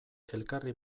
elkarri